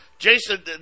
Jason